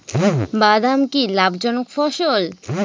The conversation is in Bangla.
বাদাম কি লাভ জনক ফসল?